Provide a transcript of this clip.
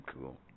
cool